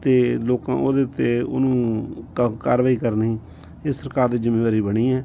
ਅਤੇ ਲੋਕਾਂ ਉਹਦੇ ਉੱਤੇ ਉਹਨੂੰ ਕਾ ਕਾਰਵਾਈ ਕਰਨੀ ਇਹ ਸਰਕਾਰ ਦੀ ਜ਼ਿੰਮੇਵਾਰੀ ਬਣੀ ਹੈ